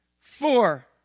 four